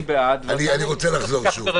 אני בעד ואתה נגד.